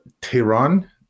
tehran